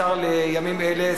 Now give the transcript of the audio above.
השר לימים אלה,